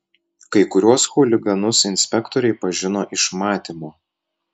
kai kuriuos chuliganus inspektoriai pažino iš matymo